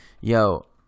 Yo